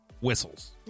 whistles